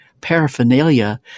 paraphernalia